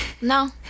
No